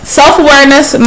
self-awareness